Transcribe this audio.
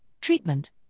treatment